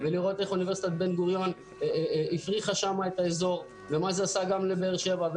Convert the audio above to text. איך אוניברסיטת בן גוריון הפריחה את האזור ומה זה עשה לבאר שבע.